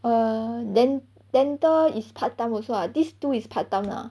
err dental is part time also lah these two is part time lah